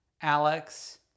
Alex